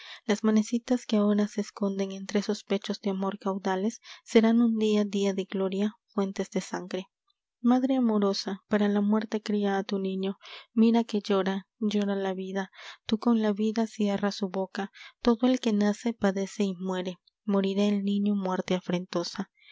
las manecitas que ahora se esconden entre esos pechos de amor caudales serán un día día de gloria fuentes de sangre madre amorosa para la muerte cría a fu niño mira que llora llora la vida tú con la vida cierra su boca todo el que nace padece y muere morirá el niño muerte afrentosa